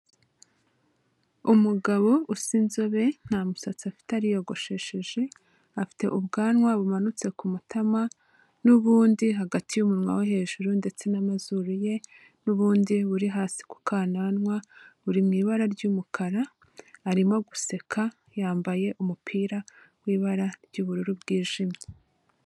Umugabo usa inzobe, nta musatsi afite ariyogoshesheje, afite ubwanwa bumanutse ku matama n'ubundi hagati y'umunwa wo hejuru ndetse n'amazuru ye, n'ubundi buri hasi ku kananwa buri mu ibara ry'umukara, arimo guseka yambaye umupira w'ibara ry'ubururu bwijimye.